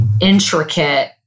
intricate